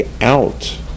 out